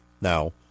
now